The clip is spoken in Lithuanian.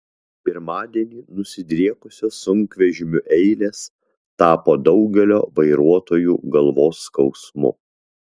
pirmadienį nusidriekusios sunkvežimių eilės tapo daugelio vairuotojų galvos skausmu